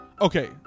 Okay